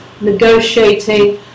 negotiating